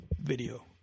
video